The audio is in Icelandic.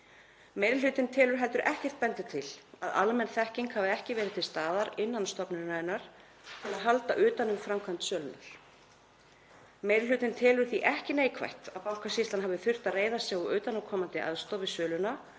Meiri hlutinn telur heldur ekkert benda til að almenn þekking hafi ekki verið til staðar innan stofnunarinnar til að halda utan um framkvæmd sölunnar. Meiri hlutinn telur því ekki neikvætt að Bankasýslan hafi þurft að reiða sig á utanaðkomandi aðstoð við söluna